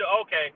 Okay